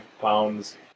pounds